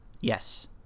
yes